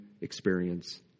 experience